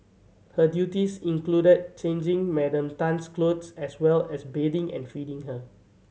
her duties included changing Madam Tan's clothes as well as bathing and feeding her